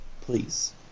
Please